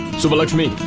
subba lakshmi!